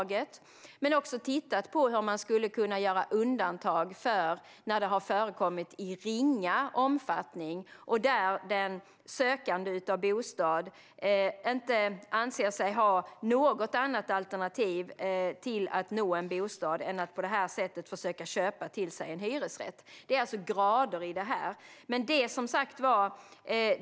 Utredaren har också tittat på hur man skulle kunna göra undantag i de fall då det har förekommit i ringa omfattning och där den bostadssökande inte anser sig ha något annat alternativ till att få en bostad än att på detta sätt försöka köpa en hyresrätt. Det finns alltså gradskillnader här.